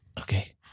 Okay